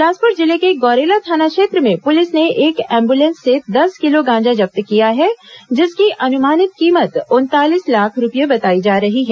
बिलासपुर जिले के गौरेला थाना क्षेत्र में पुलिस ने एक एंबुलेंस से दस किलो गांजा जब्त किया है जिसकी अनुमानित कीमत उनतालीस लाख रूपये बताई जा रही है